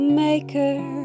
maker